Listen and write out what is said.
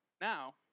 now